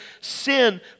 sin